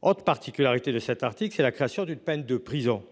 Autre particularité de cet article c'est la création d'une peine de prison.